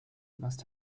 must